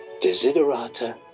desiderata